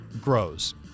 grows